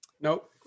Nope